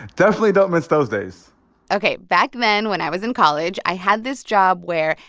definitely don't miss those days ok. back then, when i was in college, i had this job where,